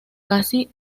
casi